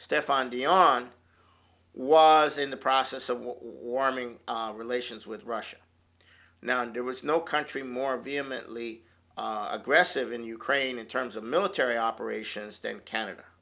stephane dion was in the process of warming relations with russia now and there was no country more vehemently aggressive in ukraine in terms of military operations to canada